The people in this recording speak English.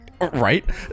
Right